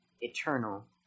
eternal